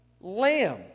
Lamb